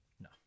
No